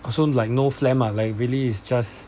oh so like no phlegm lah like really is just